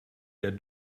der